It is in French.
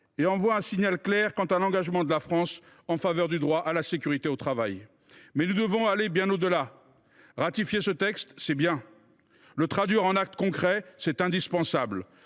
et envoie un signal clair quant à l’engagement de la France en faveur du droit à la sécurité au travail. Reste que nous devons aller bien au delà. Ratifier un texte, c’est bien. Le traduire en actes concrets, c’est indispensable.